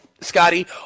Scotty